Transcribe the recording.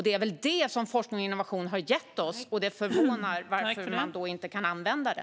Det är väl detta som forskning och innovation har gett oss, och det är förvånande att man då inte kan använda det.